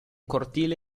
cortile